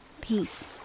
peace